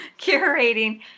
Curating